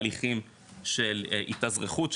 בהליכים של התאזרחות,